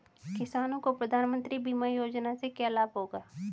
किसानों को प्रधानमंत्री बीमा योजना से क्या लाभ होगा?